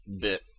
bit